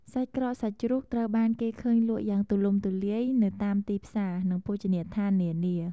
សាច់ក្រកសាច់ជ្រូកត្រូវបាន គេឃើញលក់យ៉ាងទូលំទូលាយនៅតាមទីផ្សារ និងភោជនីយដ្ឋាននានា។